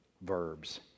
verbs